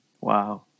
Wow